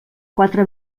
quatre